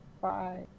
Bye